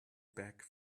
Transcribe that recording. back